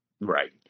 Right